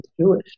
Jewish